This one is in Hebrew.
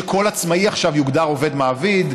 שכל עצמאי עכשיו יוגדר ביחסי עובד מעביד,